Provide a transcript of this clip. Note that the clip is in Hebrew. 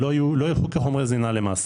שלא יהיו כחומרי זינה למעשה,